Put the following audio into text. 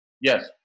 Yes